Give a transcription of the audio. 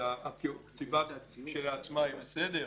שהקציבה כשלעצמה היא בסדר,